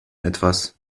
etwas